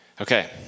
Okay